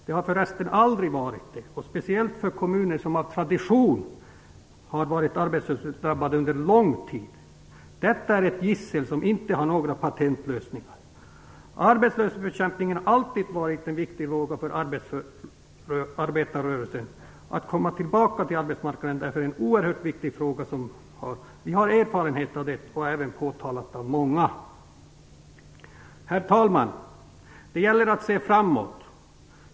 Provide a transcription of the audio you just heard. Det har den för övrigt aldrig varit, särskilt inte för kommuner som av tradition är och har varit arbetslöshetsdrabbade under lång tid. Detta gissel är ett problem som det inte finns några patentlösningar på. Arbetslöshetsbekämpningen har alltid varit en viktig fråga för arbetarrörelsen. Att komma tillbaka till arbetsmarknaden är en oerhört viktig sak för den som är arbetslös. Det har vi erfarenhet av, och det har också påtalats av många. Herr talman! Det gäller att se framåt.